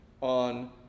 on